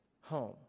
home